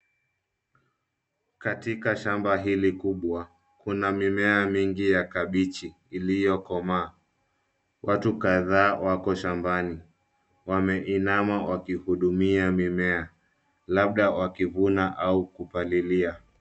Katika shamba hili kubwa, kuna mimea mingi ya kabichi iliyokomaa. Watu kadhaa wako shambani. Wameinama wakihudumia mimea labda wakivuna au kupalilia.